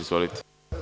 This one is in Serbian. Izvolite.